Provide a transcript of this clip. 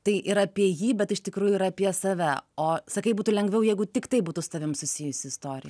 tai ir apie jį bet iš tikrųjų yra apie save o sakai būtų lengviau jeigu tiktai būtų su tavim susijusi istorija